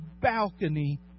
balcony